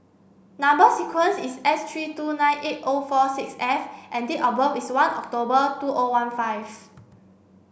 number sequence is S three two nine eight O four six F and date of birth is one October two O one five